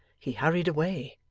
he hurried away.